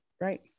Right